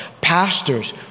pastors